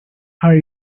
are